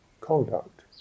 conduct